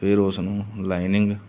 ਫਿਰ ਉਸ ਨੂੰ ਲਾਈਨਿੰਗ